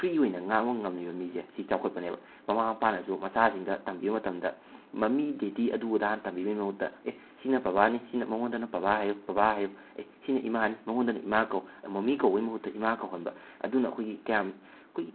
free ꯑꯣꯏꯅ ꯉꯥꯡꯕ ꯉꯝꯂꯤꯕ ꯃꯤꯁꯦ ꯁꯤ ꯆꯥꯎꯈꯠꯄꯅꯦꯕ ꯃꯃꯥ ꯃꯄꯥꯅꯁꯨ ꯃꯆꯥꯁꯤꯡꯗ ꯇꯝꯕꯤꯕ ꯃꯇꯝꯗ ꯃꯃꯤ ꯗꯦꯗꯤ ꯑꯗꯨ ꯑꯗꯥꯅ ꯇꯝꯕꯤꯕꯒꯤ ꯃꯍꯨꯠꯇ ꯑꯦ ꯁꯤꯅ ꯄꯕꯥꯅꯤ ꯁꯤꯅ ꯃꯉꯣꯟꯗꯅ ꯄꯕꯥ ꯍꯥꯏꯌꯨ ꯄꯕꯥ ꯍꯥꯏꯌꯨ ꯑꯦ ꯁꯤꯅ ꯏꯃꯥꯅꯤ ꯃꯉꯣꯟꯗꯅ ꯏꯃꯥ ꯀꯧ ꯃꯃꯤ ꯀꯧꯕꯒꯤ ꯃꯍꯨꯠꯇ ꯏꯃꯥ ꯀꯧꯍꯟꯕ ꯑꯗꯨꯅ ꯑꯈꯣꯏꯒꯤ ꯀꯌꯥꯝ ꯑꯩꯈꯣꯏꯒꯤ